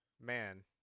Man